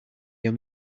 your